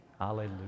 Alleluia